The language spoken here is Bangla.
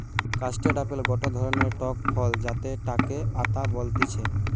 কাস্টেড আপেল গটে ধরণের টক ফল যাতে যাকে আতা বলতিছে